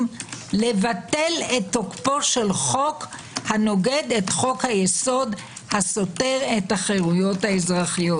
לבטל את תוקפו של חוק הנוגד את חוק היסוד הסותר את החירויות האזרחיות.